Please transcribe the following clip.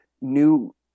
new